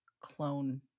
clone